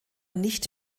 nicht